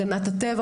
אם הגנת הטבע,